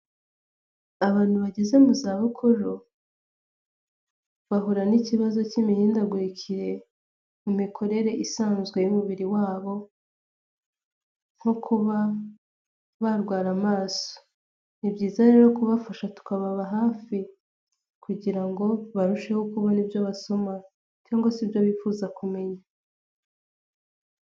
Abantu bageze mu za bukuru bahura n'ikibazo cy'imihindagurikire mu mikorere isanzwe y'umubiri wabo nko kuba barwara amaso ni byiza rero kubafasha tukababababa hafi kugira ngo barusheho kubona ibyo basoma cyangwa se ibyo bifuza kumenya.